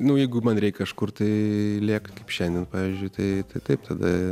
nu jeigu man reik kažkur tai lėkt kaip šiandien pavyzdžiui tai taip tada